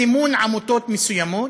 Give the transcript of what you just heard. סימון עמותות מסוימות,